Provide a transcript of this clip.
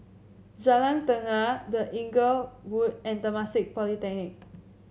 Jalan Tenaga The Inglewood and Temasek Polytechnic